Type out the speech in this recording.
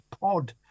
pod